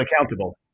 accountable